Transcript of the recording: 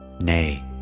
Nay